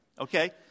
Okay